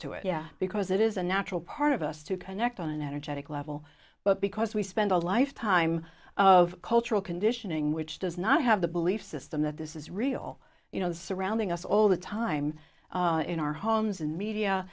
to it yeah because it is a natural part of us to connect on an energetic level but because we spend a lifetime of cultural conditioning which does not have the belief system that this is real you know surrounding us all the time in our homes in the media